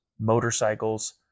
motorcycles